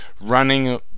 running